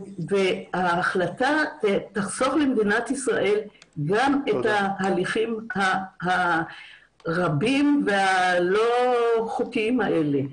וההחלטה תחסוך למדינת ישראל גם את ההלכים הרבים והלא חוקיים האלה.